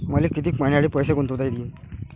मले कितीक मईन्यासाठी पैसे गुंतवता येईन?